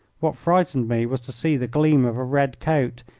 what frightened me was to see the gleam of a red coat,